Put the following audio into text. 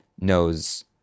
knows